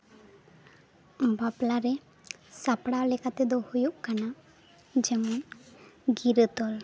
ᱵᱟᱯᱞᱟ ᱨᱮ ᱥᱟᱯᱲᱟᱣ ᱞᱮᱠᱟᱛᱮᱫᱚ ᱦᱩᱭᱩᱜ ᱠᱟᱱᱟ ᱡᱮᱢᱚᱱ ᱜᱤᱨᱟᱹ ᱛᱚᱞ